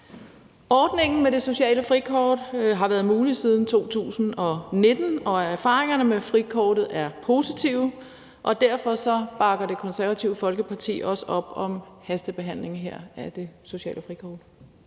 Ordningen med det sociale frikort har eksisteret siden 2019, og erfaringerne med frikortet er positive, og derfor bakker Det Konservative Folkeparti også op om hastebehandlingen af den her lov